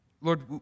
Lord